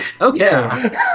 Okay